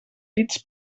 bits